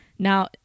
Now